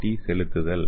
D செலுத்துதல்